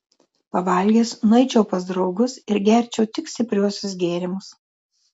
pavalgęs nueičiau pas draugus ir gerčiau tik stipriuosius gėrimus